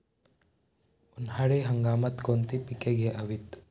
उन्हाळी हंगामात कोणती पिके घ्यावीत?